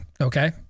Okay